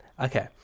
Okay